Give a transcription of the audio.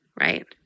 right